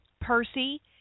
Percy